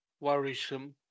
worrisome